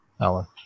alan